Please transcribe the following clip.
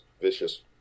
vicious